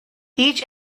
each